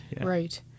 Right